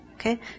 Okay